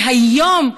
שהיום,